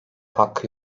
hakkı